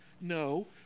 No